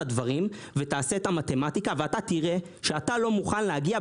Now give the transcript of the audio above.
הדברים ותעשה את המתמטיקה ותראה שאתה לא מוכן להגיע,